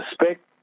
respect